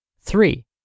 Three